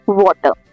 water